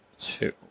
two